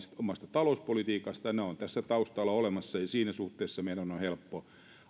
omasta talouspolitiikastaan ne ovat tässä taustalla olemassa eli siinä suhteessa meidän on on helppo